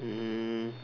um